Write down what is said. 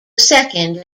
second